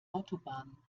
autobahn